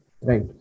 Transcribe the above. right